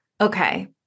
Okay